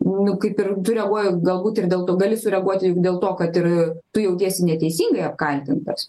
nu kaip ir tu reaguoji galbūt ir dėl to gali sureaguoti juk dėl to kad ir tu jautiesi neteisingai apkaltintas